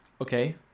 Okay